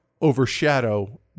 overshadow